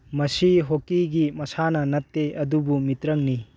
ꯃꯁꯤ ꯍꯣꯀꯤꯒꯤ ꯃꯁꯥꯟꯅ ꯅꯠꯇꯦ ꯑꯗꯨꯕꯨ ꯃꯤꯇ꯭ꯔꯪꯅꯤ